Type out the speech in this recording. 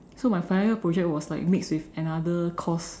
so my final year project was like mix with another course